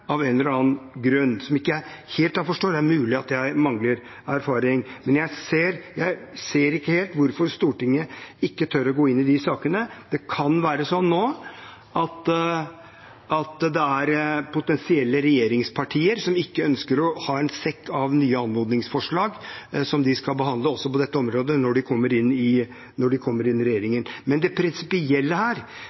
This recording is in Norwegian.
av en eller annen grunn som jeg ikke helt forstår. Det er mulig at jeg mangler erfaring, men jeg ser ikke helt hvorfor Stortinget ikke tør å gå inn i de sakene. Det kan være at det nå er potensielle regjeringspartier som ikke ønsker å ha en sekk av nye anmodningsforslag som de skal behandle også på dette området, når de kommer inn i regjering. Men det prinsipielle her er at også på menneskerettighetsområdet har Stortinget abdisert ved å flytte de